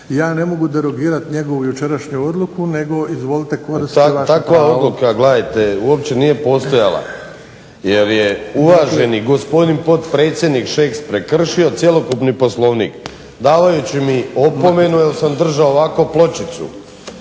Ja ne mogu derogirati njegovu jučerašnju odluku nego izvolite koristiti vaša prava. **Vinković, Zoran (HDSSB)** Takva odluka gledajte uopće nije postojala, jer je uvaženi gospodin potpredsjednik Šeks prekršio cjelokupni Poslovnik davajući mi opomenu jer sam držao ovako pločicu.